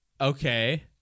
Okay